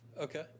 Okay